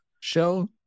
show